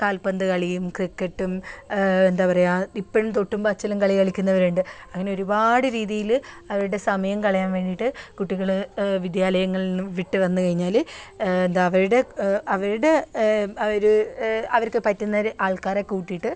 കാൽപന്ത് കളിയും ക്രിക്കറ്റും എന്താ പറയുക ഇപ്പോഴും തൊട്ടും പാച്ചിലും കളി കളിക്കുന്നവരുണ്ട് അങ്ങനെ ഒരുപാട് രീതിയിൽ അവരുടെ സമയം കളയാൻ വേണ്ടീട്ട് കുട്ടികൾ വിദ്യാലയങ്ങളീന്നും വിട്ട് വന്ന് കഴിഞ്ഞാൽ എന്താ അവരുടെ അവരുടെ ഒരു അവർക്ക് പറ്റുന്നൊരു ആൾക്കാരെ കൂട്ടീട്ട്